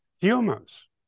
humans